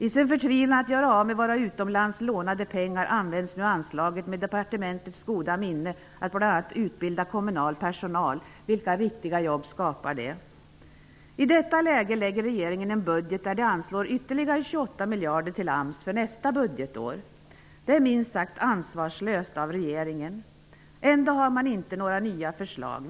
I sin förtvivlan att göra av med våra utomlands lånade pengar används nu anslaget, med departementets goda minne, till att bl.a. utbilda kommunal personal. Vilka riktiga jobb skapar det? I detta läge lägger regeringen fram en budget där ytterligare 28 miljarder anslås till AMS för nästa budgetår. Det är minst sagt ansvarslöst av regeringen. Ändå har man inte några nya förslag.